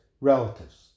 relatives